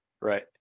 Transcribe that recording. Right